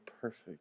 perfect